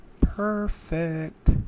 Perfect